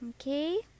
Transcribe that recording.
Okay